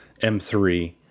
M3